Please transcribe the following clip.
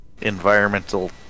environmental